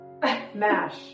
Mash